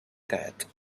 that